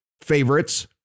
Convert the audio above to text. favorites